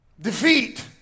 defeat